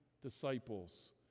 disciples